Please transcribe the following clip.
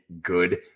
good